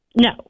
no